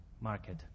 market